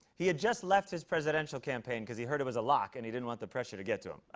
he had just left his presidential campaign because he heard it was a lock and he didn't want the pressure to get to him.